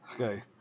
Okay